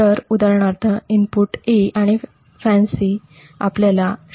तर उदाहरणार्थ input 'A' आणि फॅन्सी आपल्याला '0